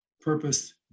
purpose